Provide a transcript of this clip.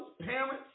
parents